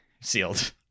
Sealed